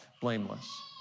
blameless